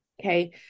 Okay